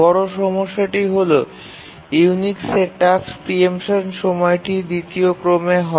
বড় সমস্যাটি হল ইউনিক্সে টাস্ক প্রিএম্পশন সময়টি দ্বিতীয় ক্রমে হয়